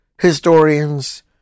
historians